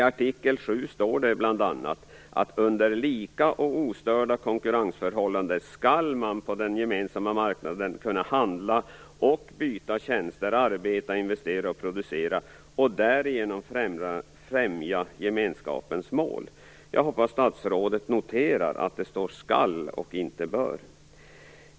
I artikel 7 står det bl.a. att under lika och ostörda konkurrensförhållanden skall man på den gemensamma marknaden kunna handla och byta tjänster, arbeta, investera och producera och därigenom främja gemenskapens mål. Jag hoppas att statsrådet noterar att det står "skall" och inte "bör".